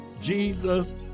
Jesus